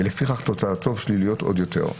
ולפיכך תוצאתו שלילית עוד יותר.